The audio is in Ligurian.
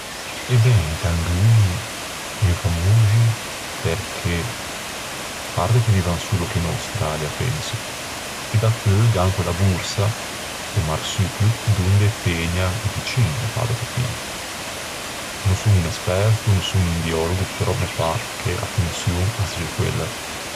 E ben, i cangui en famoxi perché... À parte vivan solo che in Australia, penso... E dapeu gh'an quella borsa, o marsupio, donde tëgnan i piccin, me pâ de capî. No son un esperto, no son un biològo, però me pâ che a fonçion a segge quella.